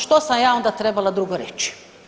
Što sam ja onda trebala drugo reći.